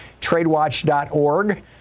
TradeWatch.org